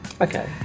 Okay